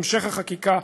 המשך החקיקה,